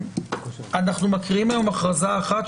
אנחנו מקריאים היום הכרזה אחת,